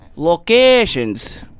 locations